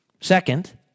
Second